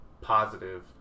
positive